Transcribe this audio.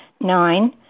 Nine